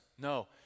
No